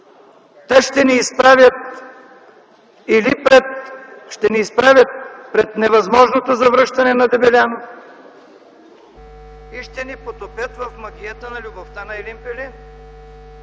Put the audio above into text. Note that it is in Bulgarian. те ще ни изправят пред невъзможното завръщане на Дебелянов и ще ни потопят в магията на любовта на Елин Пелин.